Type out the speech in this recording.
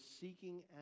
seeking